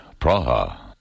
Praha. (